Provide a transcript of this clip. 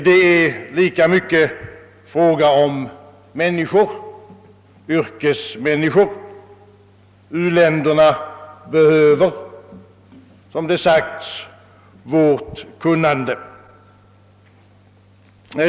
Det är lika mycket fråga om människor, yrkesmänniskor; u-länderna behöver, som det har sagts, vårt kunnande.